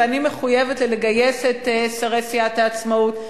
ואני מחויבת לגייס את שרי סיעת העצמאות,